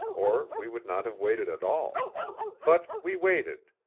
or we would not have waited at all but we waited,